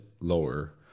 lower